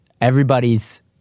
Everybody's